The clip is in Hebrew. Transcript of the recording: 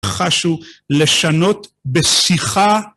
חשו לשנות בשיחה.